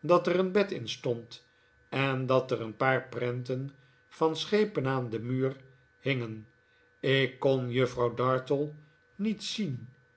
dat er een bed in stond en dat er een paar prenten van schepen aan den muur hingen ik kon juffrouw dartle niet zien